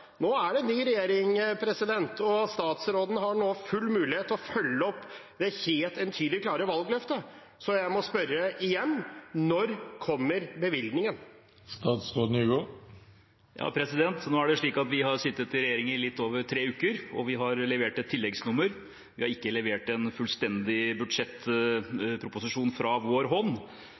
Nå er det en ny regjering, og statsråden har nå full mulighet til å følge opp det helt entydige, klare valgløftet. Så jeg må spørre igjen: Når kommer bevilgningen? Nå er det slik at vi har sittet i regjering i litt over tre uker, og vi har levert et tilleggsnummer, vi har ikke levert en fullstendig budsjettproposisjon fra vår hånd.